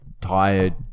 tired